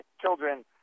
children